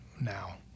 now